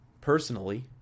personally